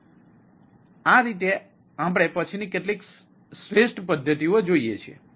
તેથી આ રીતે આપણે પછીની કેટલીક શ્રેષ્ઠ પદ્ધતિઓ જોઈએ છીએ